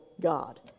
God